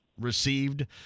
received